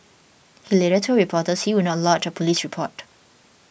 he later told reporters he would not lodge a police report